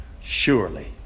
Surely